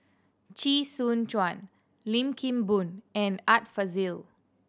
Chee Soon Juan Lim Kim Boon and Art Fazil